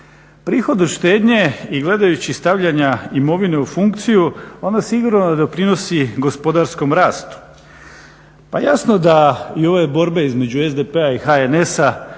Prihod od štednje i gledajući stavljanja imovine u funkciju ona sigurno doprinosi gospodarskom rastu. Pa jasno da i ove borbe između SDP-a i HNS-a,